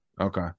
Okay